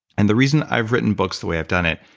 and the reason i've written books the way i've done it,